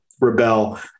rebel